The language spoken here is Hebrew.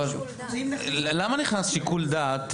למה נכנס שיקול דעת?